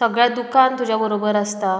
सगळ्या दुख्खांत तुज्या बरोबर आसता